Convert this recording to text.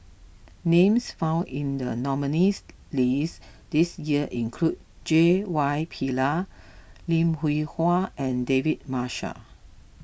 names found in the nominees' list this year include J Y Pillay Lim Hwee Hua and David Marshall